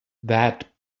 that